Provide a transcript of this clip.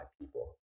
people